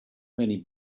many